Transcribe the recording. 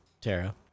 Tara